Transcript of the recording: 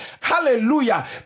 Hallelujah